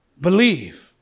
Believe